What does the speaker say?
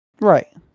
Right